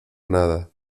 nada